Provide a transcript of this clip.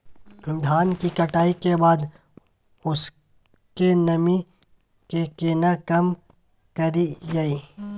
धान की कटाई के बाद उसके नमी के केना कम करियै?